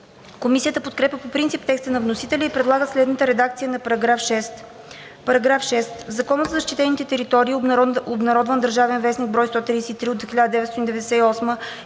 Комисията подкрепя по принцип текста на вносителя и предлага следната редакция на § 6: „§ 6.